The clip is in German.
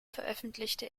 veröffentlichte